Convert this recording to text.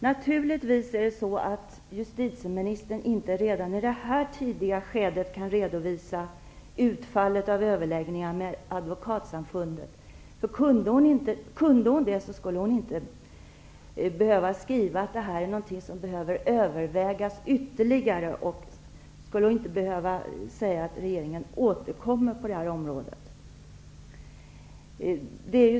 Justitieministern kan naturligtvis inte redan i detta tidiga skede redovisa utfallet av överläggningarna med Advokatsamfundet. Kunde hon det skulle hon inte behöva skriva att detta är något som behöver övervägas ytterligare och att regeringen återkommer på området.